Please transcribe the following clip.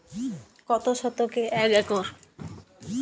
কত শতকে এক একর?